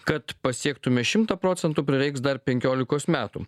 kad pasiektume šimtą procentų prireiks dar penkiolikos metų